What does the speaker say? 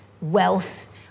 wealth